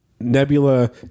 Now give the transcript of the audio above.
Nebula